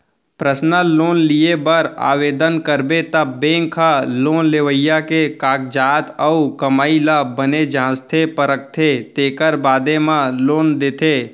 personal loan लिये बर ओवदन करबे त बेंक ह लोन लेवइया के कागजात अउ कमाई ल बने जांचथे परखथे तेकर बादे म लोन देथे